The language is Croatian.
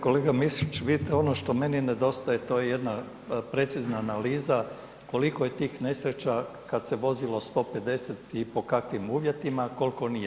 Kolega Mišić, vidite ono što meni nedostaje to je jedna precizna analiza koliko je tih nesreća kada se vozilo 150 i pod kakvim uvjetima, koliko nije.